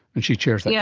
and she chairs yeah